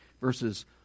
Verses